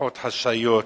שיחות חשאיות